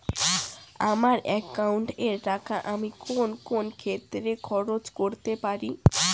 আমার একাউন্ট এর টাকা আমি কোন কোন ক্ষেত্রে খরচ করতে পারি?